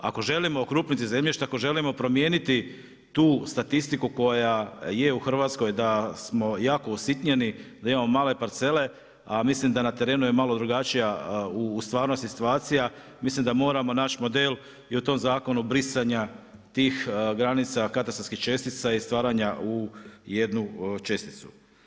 Ako želimo okrupniti zemljište, ako želimo promijeniti tu statistiku koja je u Hrvatskoj da smo jako usitnjeni, da imamo male parcele, a mislim da je na terenu malo drugačija u stvarnosti situacija, mislim da moramo naći model i u tom zakonu tih granica katastarskih čestica u stvaranja u jednu česticu.